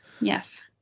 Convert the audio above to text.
Yes